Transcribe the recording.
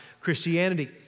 Christianity